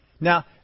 Now